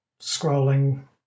scrolling